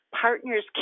partners